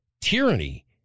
tyranny